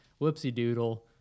whoopsie-doodle